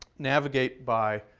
navigate by